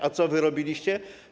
A co wy robiliście?